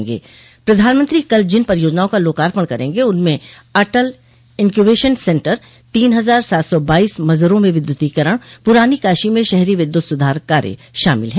प्रधानमंत्री वाराणसी जोड़ प्रधानमंत्री कल जिन परियोजनाओं का लोकार्पण करेंगे उनमें अटल इन्क्यूबेशन सेन्टर तीन हजार सात सौ बाईस मजरों में विद्युतीकरण पुरानी काशी में शहरी विद्युत सुधार कार्य शामिल है